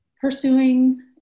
pursuing